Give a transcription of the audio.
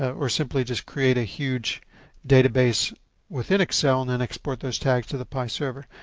ah or simply just create a huge database within excel and then export those tags to the pi server.